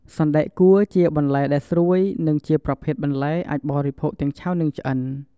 សណ្តែកគួរ ជាបន្លែដែលស្រួយ និងជាប្រភេទបន្លែអាចបរិភោគទាំងឆៅនិងឆ្អិន។